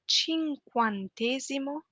cinquantesimo